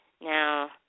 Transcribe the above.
Now